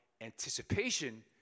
anticipation